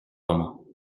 roman